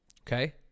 Okay